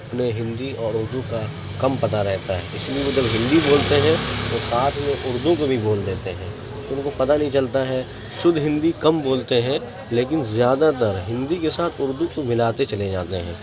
انہیں ہندی اور اردو کا کم پتہ رہتا ہے اسی لیے جب وہ ہندی بولتے ہیں تو ساتھ میں اردو کو بھی بول دیتے ہیں ان کو پتہ نہیں چلتا ہے شدھ ہندی کم بولتے ہیں لیکن زیادہ تر ہندی کے ساتھ اردو کو ملاتے چلے جاتے ہیں